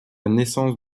naissance